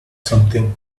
something